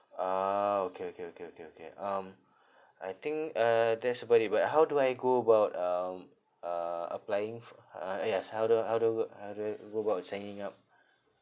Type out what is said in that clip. ah okay okay okay okay okay um I think uh that's about it but how do I go about um uh applying f~ uh ah ya so how do uh how do I go how do I go about signing up